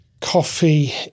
coffee